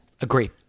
agree